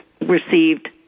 received